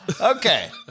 Okay